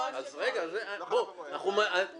אז בואו נדייק,